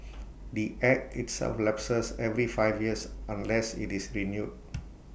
the act itself lapses every five years unless IT is renewed